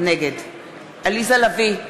נגד עליזה לביא,